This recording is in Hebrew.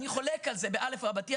אני חולק על זה באלף רבתי,